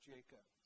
Jacob